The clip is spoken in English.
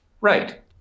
Right